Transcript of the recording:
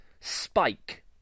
spike